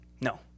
no